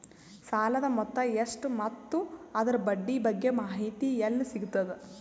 ಸಾಲದ ಮೊತ್ತ ಎಷ್ಟ ಮತ್ತು ಅದರ ಬಡ್ಡಿ ಬಗ್ಗೆ ಮಾಹಿತಿ ಎಲ್ಲ ಸಿಗತದ?